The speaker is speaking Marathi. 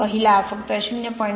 पहिला फक्त 0